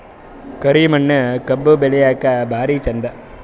ಕರಿ ಮಣ್ಣು ಕಬ್ಬು ಬೆಳಿಲ್ಲಾಕ ಭಾರಿ ಚಂದ?